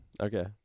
Okay